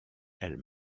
elle